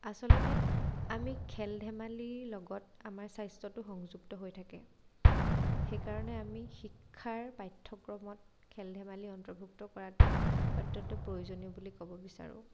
আচলতে আমি খেল ধেমালিৰ লগত আমাৰ স্বাস্থ্যটো সংযুক্ত হৈ থাকে সেইকাৰণে আমি শিক্ষাৰ পাঠ্যক্ৰমত খেল ধেমালি অন্তৰ্ভুক্ত কৰাটো অত্য়ন্ত প্ৰয়োজনীয় বুলি ক'ব বিচাৰোঁ